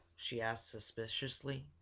she asked suspiciously.